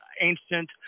ancient